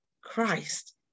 christ